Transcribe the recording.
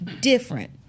different